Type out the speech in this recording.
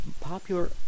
popular